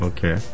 Okay